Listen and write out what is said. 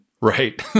Right